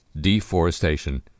deforestation